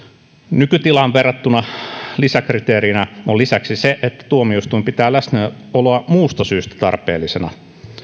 nykytilaan verrattuna lisäkriteerinä on lisäksi se että tuomioistuin pitää läsnäoloa muusta syystä tarpeellisena